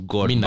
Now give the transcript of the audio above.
God